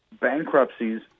Bankruptcies